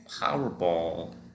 Powerball